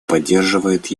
поддерживает